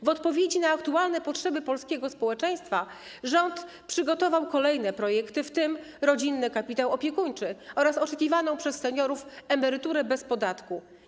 W odpowiedzi na aktualne potrzeby polskiego społeczeństwa rząd przygotował kolejne projekty, w tym rodzinny kapitał opiekuńczy oraz oczekiwaną przez seniorów emeryturę bez podatku.